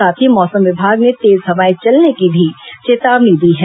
साथ ही मौसम विभाग ने तेज हवाएं चलने की भी चेतावनी दी है